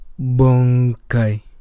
Bonkai